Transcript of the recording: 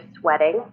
sweating